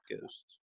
ghosts